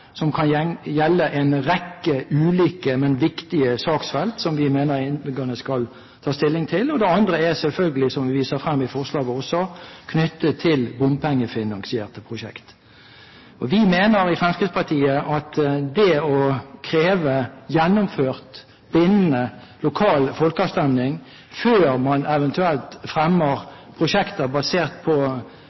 som kan gjelde en rekke ulike, men viktige saksfelt som vi mener innbyggerne skal ta stilling til. Det andre er selvfølgelig – som vi også viser i forslaget – knyttet til bompengefinansierte prosjekter. Vi mener i Fremskrittspartiet at det å kreve gjennomført bindende lokal folkeavstemning før man eventuelt fremmer prosjekter basert på